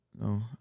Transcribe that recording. No